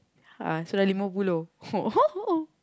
ah so dah lima puluh